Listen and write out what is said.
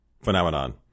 phenomenon